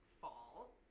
fall